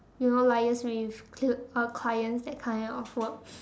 you know liaise with cl~ uh clients that kind of work